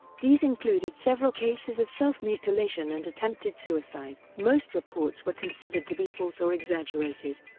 these included several cases of self-mutilation and attempted suicide. most reports were considered to be false or exaggerated.